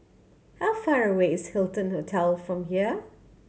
how far away is Hilton Hotel from here